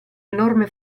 enorme